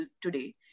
today